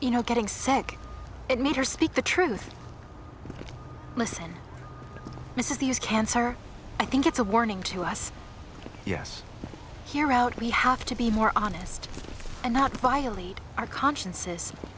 you know getting sick it made her speak the truth listen this is these cancer i think it's a warning to us yes here out we have to be more honest and not violate our conscience